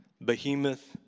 behemoth